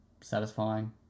satisfying